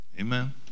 Amen